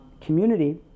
community